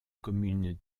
commune